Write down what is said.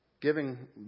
Giving